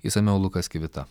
išsamiau lukas kivita